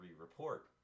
report